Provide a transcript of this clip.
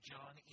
John